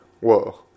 Whoa